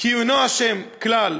שהוא אינו אשם כלל.